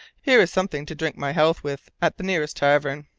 here is something to drink my health with at the nearest tavern.